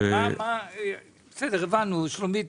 מה קורה